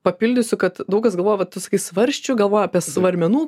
papildysiu kad daug kas galvoja va tu sakai svarsčių galvoja apie svarmenų